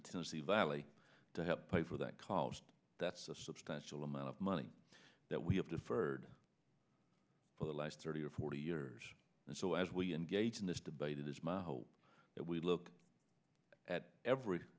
the tennessee valley to help pay for that college that's a substantial amount of money that we have deferred for the last thirty or forty years and so as we engage in this debate it is my hope that we look at every